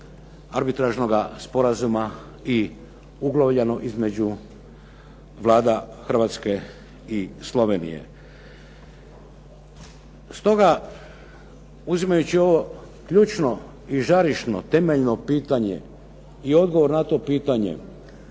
arbitražnoga sporazuma i uglavljeno između Vlada Hrvatske i Slovenije. Stoga uzimajući ovo ključno i žarišno, temeljno pitanje i odgovor na to pitanje